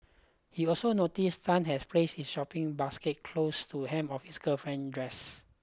he also noticed Tan had placed his shopping basket close to hem of his girlfriend's dress